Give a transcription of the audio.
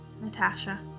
Natasha